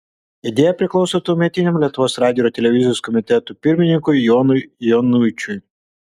idėja priklauso tuometiniam lietuvos radijo ir televizijos komiteto pirmininkui jonui januičiui